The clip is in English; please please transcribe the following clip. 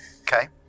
Okay